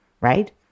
right